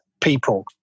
people